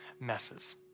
messes